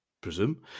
presume